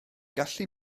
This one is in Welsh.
gallu